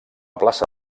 plaça